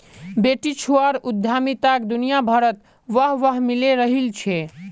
बेटीछुआर उद्यमिताक दुनियाभरत वाह वाह मिले रहिल छे